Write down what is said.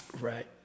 Right